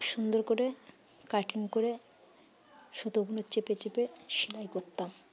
খুব সুন্দর করে কাটিং করে সুতোগুলো চেপে চেপে সেলাই করতাম